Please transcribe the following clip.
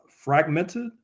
fragmented